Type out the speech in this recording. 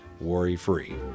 worry-free